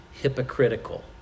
hypocritical